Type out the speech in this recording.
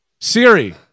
Siri